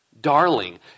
darling